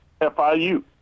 FIU